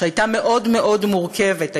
שהייתה מאוד מאוד מורכבת,